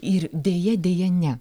ir deja deja ne